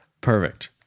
Perfect